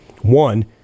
one